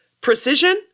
precision